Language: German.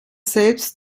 selbst